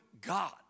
God